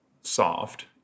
soft